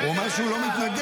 הוא אומר שהוא לא מתנגד.